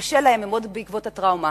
קשה להם, הם עוד בעקבות הטראומה.